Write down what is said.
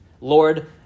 Lord